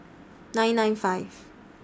nine nine five